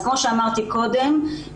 אז כמו שאמרתי קודם,